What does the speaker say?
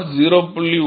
R 0